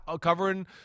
covering